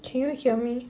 can you hear me